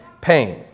pain